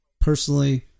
personally